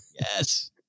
Yes